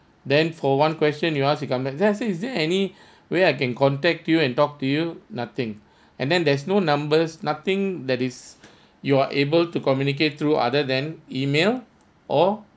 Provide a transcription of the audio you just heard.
then for one question you ask it come back then I say is there any way I can contact you and talk to you nothing and then there's no numbers nothing that is you are able to communicate through other than email or